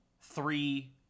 three